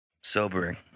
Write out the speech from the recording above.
sobering